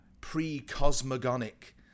pre-cosmogonic